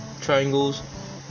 triangles